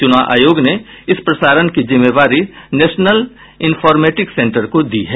चुनाव आयोग ने इस प्रसारण की जिम्मेवारी नेशलन इन्फोर्मेटिक सेंटर को दी है